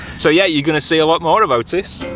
so yeah, you're going to see a lot more of otis.